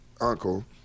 uncle